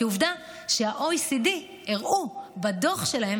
כי עובדה שה-OECD הראו בדוח שלהם,